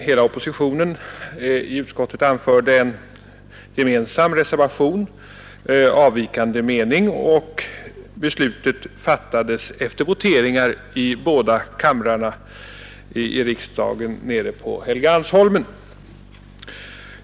Hela oppositionen i utskottet anförde i en gemensam reservation avvikande mening, och beslutet fattades efter voteringar i båda kamrarna i riksdagen på Helgeandsholmen.